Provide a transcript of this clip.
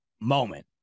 moment